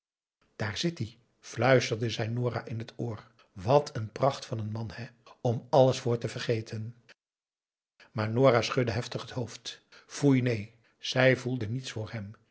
daar zit-ie fluisterde zij nora in het oor wat n pracht van n man hè om alles voor te vergeten maar nora schudde heftig het hoofd foei neen zij voelde niets voor hem